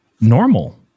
normal